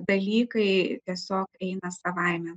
dalykai tiesiog eina savaime